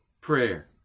prayer